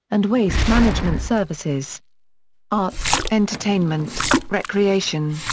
and waste management services arts, entertainment, recreation,